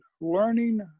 learning